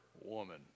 woman